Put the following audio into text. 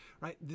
right